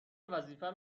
وظیفم